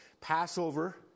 Passover